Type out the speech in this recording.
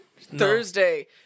Thursday